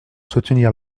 soutenir